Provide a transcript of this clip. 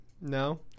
no